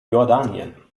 jordanien